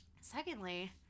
secondly